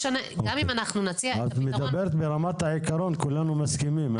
זאת אומרת, ברמת העיקרון כולנו מסכימים.